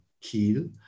Kiel